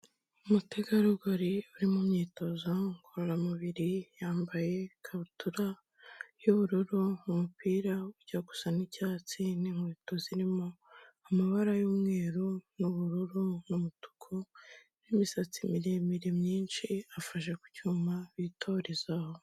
Umutegarugori uri mu myitozo ngororamubiri, yambaye ikabutura y'ubururu, umupira ujya gusa n'icyatsi n'inkweto zirimo amabara y'umweru n'ubururu n'umutuku n'imisatsi miremire myinshi, afashe ku cyuma bitorezaho.